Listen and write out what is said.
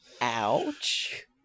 ouch